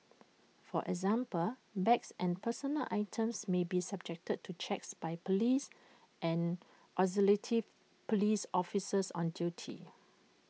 for example bags and personal items may be subjected to checks by Police and auxilitive Police officers on duty